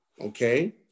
Okay